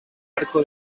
arco